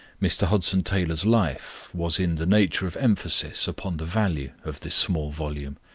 mr. hudson taylor's life was in the nature of emphasis upon the value of this small volume.